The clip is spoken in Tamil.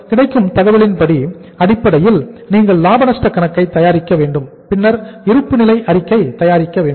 கிடைக்கும் தகவலின் அடிப்படையில் நீங்கள் லாப நஷ்டக் கணக்கை தயாரிக்க வேண்டும் பின்னர் இருப்புநிலை அறிக்கையை தயாரிக்க வேண்டும்